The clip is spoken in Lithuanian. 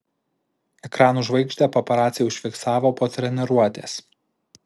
ekranų žvaigždę paparaciai užfiksavo po treniruotės